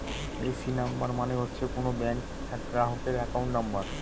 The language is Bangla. এ.সি নাম্বার মানে হচ্ছে কোনো ব্যাঙ্ক গ্রাহকের একাউন্ট নাম্বার